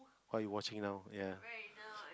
what you watching now ya